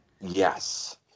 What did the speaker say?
Yes